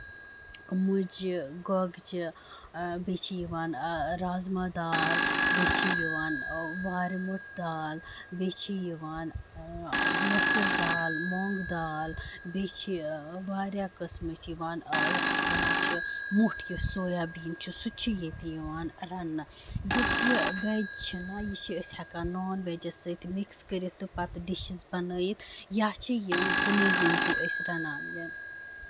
مُجہِ گۄگجہِ بیٚیہِ چھِ یِوان رازما دال بیٚیہِ چھِ یِوان وارِ مُٹھ دال بیٚیہِ چھِ یِوان مُسُر دال مۄنگ دال بیٚیہِ چھِ واریاہ قٕسمٕچ یِوان یَتھ أسۍ وَنان چھِ مُٹھ یُس سویابیٖن چھُ سُہ تہِ چھُ ییٚتہِ یِوان رَننہٕ یُس یہِ ویج چھُنہ یہِ چھِ أسۍ ہٮ۪کان نان ویجَس سۭتۍ مِکٕس کٔرِتھ تہٕ پَتہٕ ڈِشِز بَنٲیِتھ یا چھِ یِم کُنُے زٔنۍ تہِ أسۍ رَنان